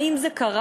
האם זה קרה?